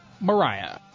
Mariah